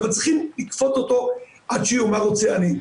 אבל צריכים לכפות אותו עד שיאמר 'רוצה אני'.